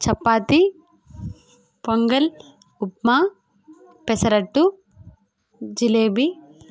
chapati pongal upma pesarattu jalebi